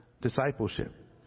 discipleship